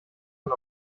von